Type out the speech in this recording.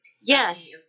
Yes